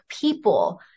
people